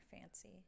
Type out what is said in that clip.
fancy